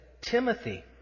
Timothy